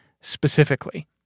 specifically